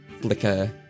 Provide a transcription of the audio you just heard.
flicker